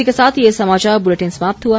इसके साथ ये समाचार बुलेटिन समाप्त हुआ